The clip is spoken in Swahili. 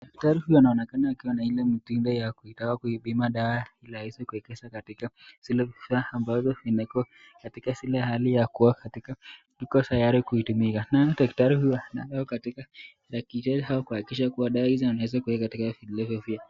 Daktari huyu anaonekana akiwa na ile mtindo ya kuitaka kuipima dawa raisi kuiwekeza katika zile vifaa ambavyo vimekuwa katika zile hali ya kuwa ziko tayari kutumika naye daktari huyo, ako katika kuhakikisha dawa hizo ziko katika vilivyo pia.